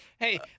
Hey